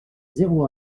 zéro